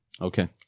Okay